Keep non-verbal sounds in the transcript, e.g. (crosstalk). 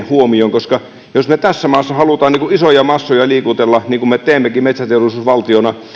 (unintelligible) huomioon jos me tässä maassa haluamme isoja massoja liikutella niin kuin me teemmekin metsäteollisuusvaltiona